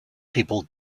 people